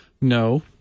no